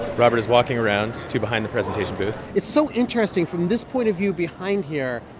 robert is walking around to behind the presentation booth it's so interesting. from this point of view behind here,